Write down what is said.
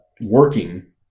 working